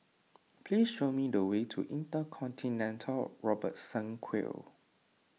please show me the way to Intercontinental Robertson Quay